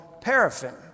paraffin